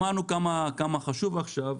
שמענו כמה חשוב עכשיו,